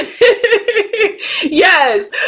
yes